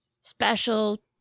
special